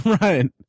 Right